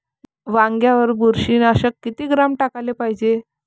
वांग्यावर बुरशी नाशक किती ग्राम टाकाले पायजे?